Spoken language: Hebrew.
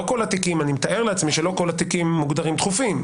אני מתאר לעצמי שלא כל התיקים מוגדרים דחופים.